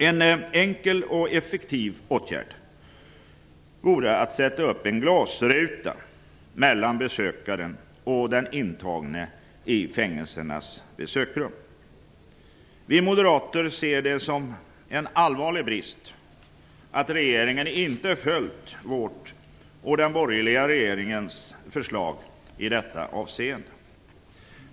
En enkel och effektiv åtgärd vore att sätta upp en glasruta mellan besökaren och den intagne i fängelsernas besöksrum. Vi moderater ser det som en allvarlig brist att regeringen inte följt vårt och den borgerliga regeringens förslag i detta avseende.